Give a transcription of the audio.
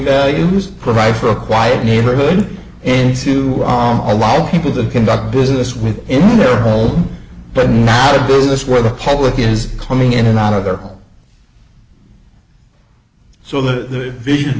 values provide for a quiet neighborhood and sue all allow people to conduct business with in their home but not the business where the public is coming in and out of there so the vision